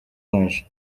wacu